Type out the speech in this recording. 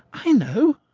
i know!